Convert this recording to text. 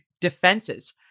defenses